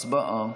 הצבעה.